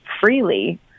freely